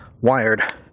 Wired